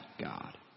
God